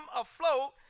afloat